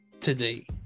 today